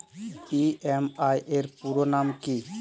EMI এর পুরোনাম কী?